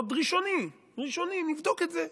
עוד ראשוני, ראשוני, נבדוק את זה,